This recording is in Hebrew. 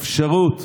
אפשרות,